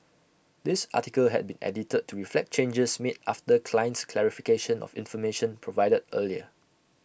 this article had been edited to reflect changes made after client's clarification of information provided earlier